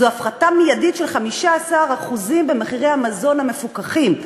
זו הפחתה מיידית של 15% במחירי המזון המפוקחים.